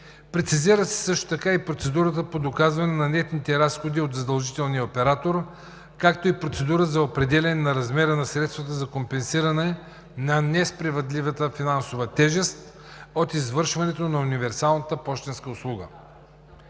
Прецизира се също така и процедурата по доказване на нетните разходи от задължения оператор, както и процедурата за определяне на размера на средствата за компенсиране на несправедливата финансова тежест от извършване на универсалната пощенска услуга.